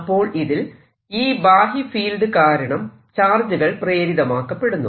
അപ്പോൾ ഇതിൽ ഈ ബാഹ്യ ഫീൽഡ് കാരണം ചാർജുകൾ പ്രേരിതമാക്കപ്പെടുന്നു